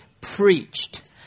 preached